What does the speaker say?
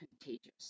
contagious